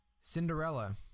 Cinderella